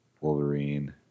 Wolverine